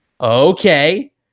okay